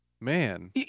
Man